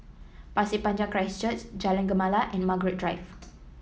Pasir Panjang Christ Church Jalan Gemala and Margaret Drive